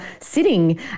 sitting